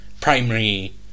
primary